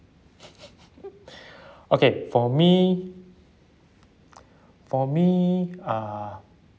okay for me for me uh